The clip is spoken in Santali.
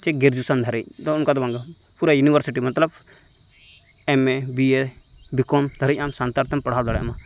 ᱪᱮ ᱜᱮᱡᱩᱭᱮᱥᱮᱱ ᱫᱷᱟᱵᱤᱡ ᱫᱚ ᱚᱱᱠᱟ ᱫᱚᱵᱟᱝ ᱜᱮ ᱯᱩᱨᱟᱹ ᱤᱭᱩᱱᱤᱵᱷᱟᱨᱥᱤᱴᱤ ᱢᱚᱛᱞᱚᱵ ᱮᱢᱮ ᱵᱤᱮ ᱵᱤᱠᱚᱢ ᱫᱟᱨᱤᱡ ᱟᱢ ᱥᱟᱱᱛᱟᱲᱛᱮᱢ ᱯᱟᱲᱦᱟᱣ ᱫᱟᱲᱮᱭᱟᱜ ᱢᱟ